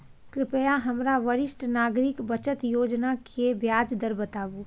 कृपया हमरा वरिष्ठ नागरिक बचत योजना के ब्याज दर बताबू